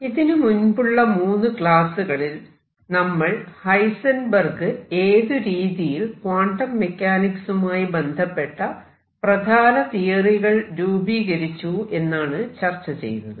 ഇതിനു മുൻപുള്ള 3 ക്ലാസ്സുകളിൽ നമ്മൾ ഹൈസെൻബെർഗ് ഏതു രീതിയിൽ ക്വാണ്ടം മെക്കാനിക്സ് മായി ബന്ധപ്പെട്ട പ്രധാനപ്പെട്ട തിയറികൾ രൂപീകരിച്ചു എന്നാണ് ചർച്ച ചെയ്തത്